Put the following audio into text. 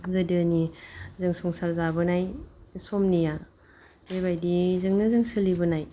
गोदोनि जों संसार जाबोनाय समनिआ बेबादियैनो जों सोलिबोनाय